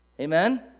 Amen